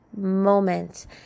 moment